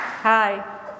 Hi